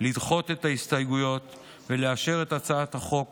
לדחות את ההסתייגויות ולאשר את הצעת החוק